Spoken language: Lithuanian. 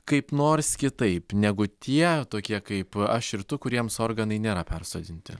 kaip nors kitaip negu tie tokie kaip aš ir tu kuriems organai nėra persodinti